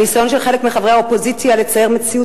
הניסיון של חלק מחברי האופוזיציה לצייר מציאות